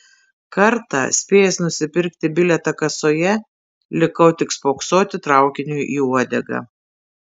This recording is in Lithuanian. kartą spėjęs nusipirkti bilietą kasoje likau tik spoksoti traukiniui į uodegą